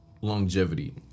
longevity